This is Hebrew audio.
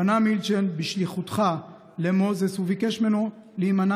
פנה מילצ'ן בשליחותך למוזס וביקש ממנו להימנע